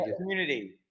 Community